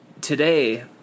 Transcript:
today